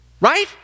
Right